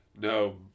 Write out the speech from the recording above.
no